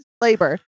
labor